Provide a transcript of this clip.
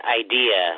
idea